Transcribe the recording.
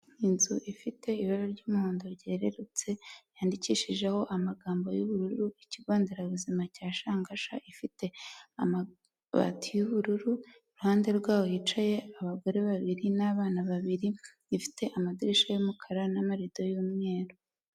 Inzu ifite ibara ry'umuhondo ryerurutse, yandikishijeho amagambo y'ubururu, ikigo nderabuzima cya Shangasha, ifite amabati y'ubururu, iruhande rwaho hicaye abagore babiri n'abana babiri, ifite amadirisha y'umukara n'amarido y'umweru.